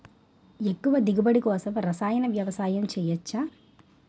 ఎక్కువ దిగుబడి కోసం రసాయన వ్యవసాయం చేయచ్చ?